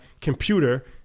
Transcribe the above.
computer